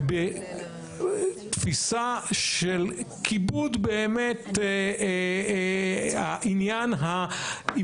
ובתפיסה של כיבוד באמת העניין עם